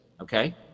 okay